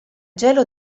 gelo